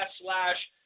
slash